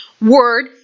Word